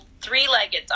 three-legged